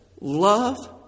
love